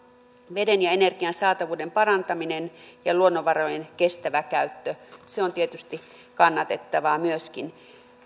veden ja energian saatavuuden parantaminen ja luonnonvarojen kestävä käyttö ne ovat tietysti kannatettavia myöskin